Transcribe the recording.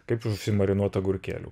kaip užsimarinuot agurkėlių